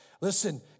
Listen